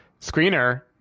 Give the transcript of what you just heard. screener